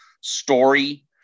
story